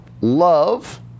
love